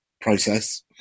process